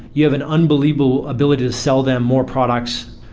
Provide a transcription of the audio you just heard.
you have an unbelievable ability to sell them more products,